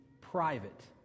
private